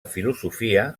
filosofia